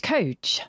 Coach